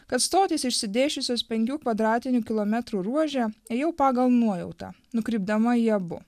kad stotys išsidėsčiusios penkių kvadratinių kilometrų ruože ėjau pagal nuojautą nukrypdama į abu